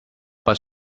bus